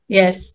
yes